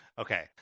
Okay